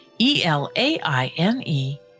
E-L-A-I-N-E